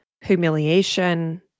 humiliation